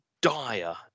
dire